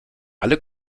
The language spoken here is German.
alle